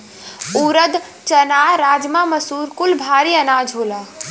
ऊरद, चना, राजमा, मसूर कुल भारी अनाज होला